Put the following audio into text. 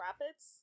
rapids